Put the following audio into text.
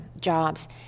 jobs